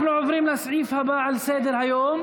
אנחנו עוברים לסעיף הבא על סדר-היום: